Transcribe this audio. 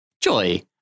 Joy